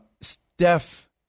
Steph –